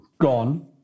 gone